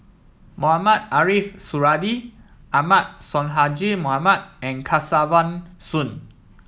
Mohamed Ariff Suradi Ahmad Sonhadji Mohamad and Kesavan Soon